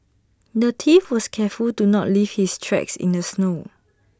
the thief was careful to not leave his tracks in the snow